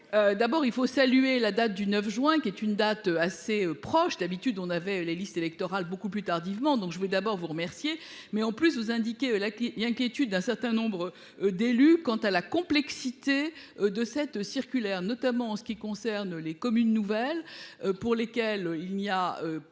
d'abord il faut saluer la date du 9 juin qui est une date assez proche d'habitude on avait les listes électorales beaucoup plus tardivement. Donc je vais d'abord vous remercier, mais en plus vous indiquer la clé, l'inquiétude d'un certain nombre d'élus quant à la complexité de cette circulaire, notamment en ce qui concerne les communes nouvelles pour lesquels il n'y a pas